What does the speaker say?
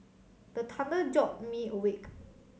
the thunder jolt me awake